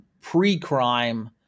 pre-crime